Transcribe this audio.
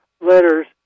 letters